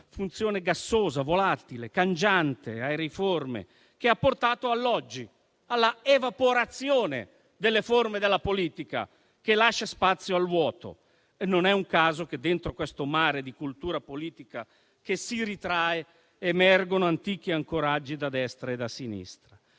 funzione gassosa, volatile, cangiante e aeriforme, che ha portato all'oggi, all'evaporazione delle forme della politica, che lascia spazio al vuoto. Non è un caso che, dentro questo mare di cultura politica che si ritrae, emergano antichi ancoraggi da destra e da sinistra.